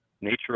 nature